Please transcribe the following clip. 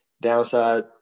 Downside